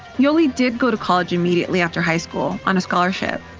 yoli did go to college immediately after high school on a scholarship.